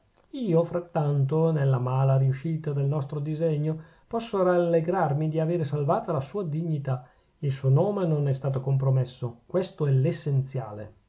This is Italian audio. io frattanto nella mala riuscita del nostro disegno posso rallegrarmi di avere salvata la sua dignità il suo nome non è stato compromesso questo è l'essenziale